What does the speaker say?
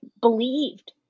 believed